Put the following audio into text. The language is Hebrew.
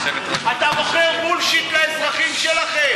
אתה מוכר בולשיט לאזרחים שלכם.